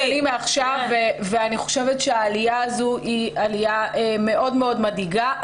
אני חושבת שהעלייה הזאת היא עלייה מאוד-מאוד מדאיגה.